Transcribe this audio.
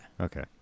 Okay